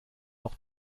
noch